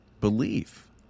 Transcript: Belief